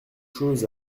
choses